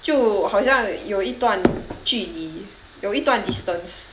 就好像有一段距离有一段 distance